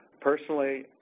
Personally